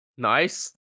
Nice